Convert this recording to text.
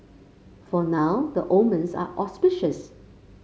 for now the omens are auspicious